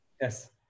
yes